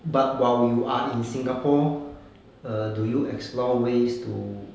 but while you are in singapore err do you explore ways to